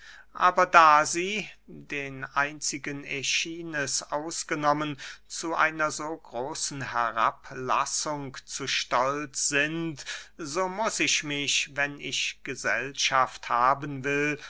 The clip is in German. aber da sie den einzigen äschines ausgenommen zu einer so großen herablassung zu stolz sind so muß ich mich wenn ich gesellschaft haben will